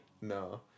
No